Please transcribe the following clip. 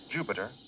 Jupiter